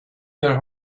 their